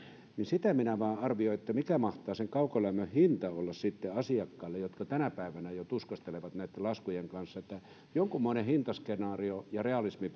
niin sitä minä vain arvioin mikä mahtaa sen kaukolämmön hinta olla sitten asiakkaille jotka jo tänä päivänä tuskastelevat näitten laskujen kanssa että jonkunmoinen hinta skenaario ja realismi